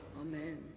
amen